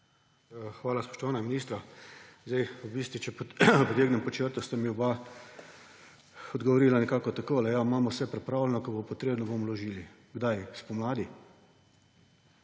Hvala, spoštovana ministra. V bistvu, če potegnem pod črto, sta mi oba odgovorila nekako takole. Ja, imamo vse pripravljeno, ko bo potrebno, bomo vložili. Kdaj? Spomladi?